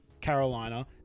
Carolina